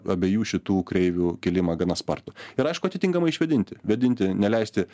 abiejų šitų kreivių kilimą gana spartų ir aišku atitinkamai išvėdinti vėdinti neleisti